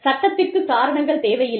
சட்டத்திற்குக் காரணங்கள் தேவையில்லை